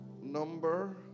number